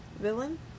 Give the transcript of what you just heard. villain